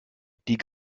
die